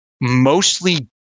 mostly